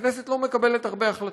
הכנסת לא מקבלת הרבה החלטות.